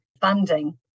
funding